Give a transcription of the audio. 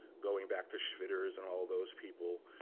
going back to schwitters and all those people,